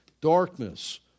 darkness